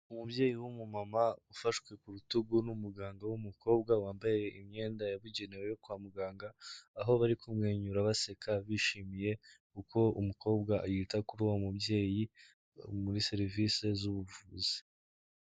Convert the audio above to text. Umubyeyi w'umumama ufashwe ku rutugu n'umuganga w'umukobwa wambaye imyenda yabugenewe kwa muganga, aho bari kumwenyura baseka bishimiye uko umukobwa yita kuri uwo mubyeyi muri serivisi z'ubuvuzi.